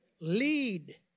lead